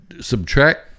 subtract